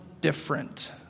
different